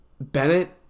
Bennett